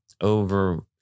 over